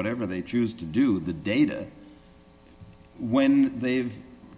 whatever they choose to do the data when they've